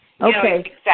Okay